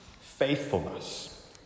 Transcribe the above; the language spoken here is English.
faithfulness